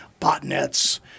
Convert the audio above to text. botnets